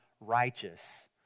righteous